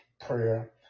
prayer